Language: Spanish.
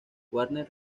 warner